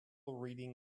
reading